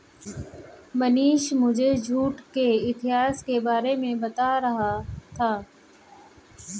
मनीष मुझे जूट के इतिहास के बारे में बता रहा था